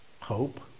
hope